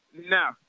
No